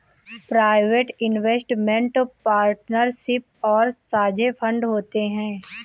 private investment partnership और साझे fund होते हैं